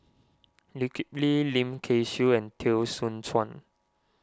Lee Kip Lee Lim Kay Siu and Teo Soon Chuan